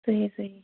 صحیح صحیح